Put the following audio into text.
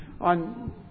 on